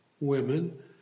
women